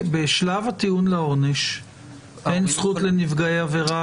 בשלב הטיעון לעונש אין זכות לנפגעי עבירה